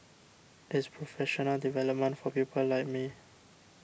it's professional development for people like me